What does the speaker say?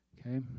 okay